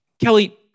Kelly